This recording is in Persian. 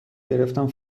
گرفتم